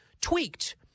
tweaked